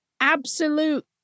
absolute